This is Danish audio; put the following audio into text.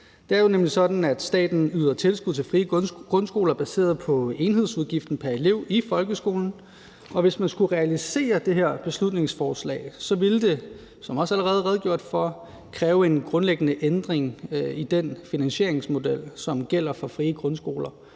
Det er jo nemlig sådan, at staten yder tilskud til frie grundskoler baseret på enhedsudgiften pr. elev i folkeskolen, og hvis man skulle realisere det her beslutningsforslag, ville det, som der også allerede er redegjort for, kræve en grundlæggende ændring i den finansieringsmodel, som gælder for frie grundskoler,